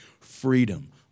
freedom